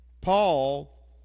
Paul